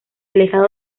alejado